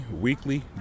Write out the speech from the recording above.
weekly